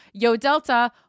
YoDelta